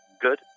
good